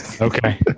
Okay